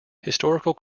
historical